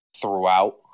throughout